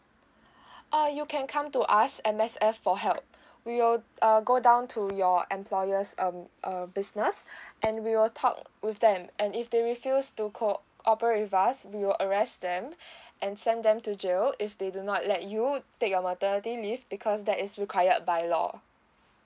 uh you can come to us M_S_F for help we will err go down to your employers um err business and we will talk with them and if they refuse to cooperate with us will arrest them and send them to jail if they do not let you take your maternity leave because that is required by law